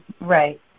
Right